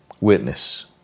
witness